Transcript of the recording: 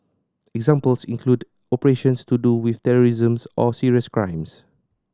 examples include operations to do with terrorism or serious crimes